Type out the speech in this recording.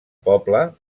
poble